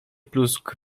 plusk